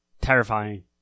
Terrifying